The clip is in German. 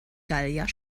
gallier